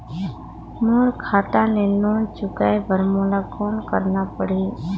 मोर खाता ले लोन चुकाय बर मोला कौन करना पड़ही?